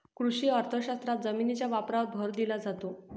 कृषी अर्थशास्त्रात जमिनीच्या वापरावर भर दिला जातो